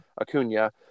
acuna